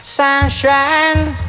Sunshine